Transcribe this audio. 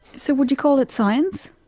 so would you call it science?